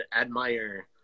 admire